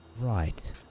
Right